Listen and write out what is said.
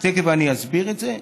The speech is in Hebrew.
ותכף אני אסביר את זה,